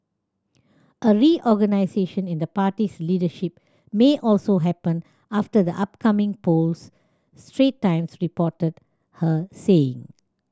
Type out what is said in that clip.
a reorganisation in the party's leadership may also happen after the upcoming polls Strait Times reported her saying